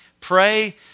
pray